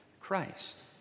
Christ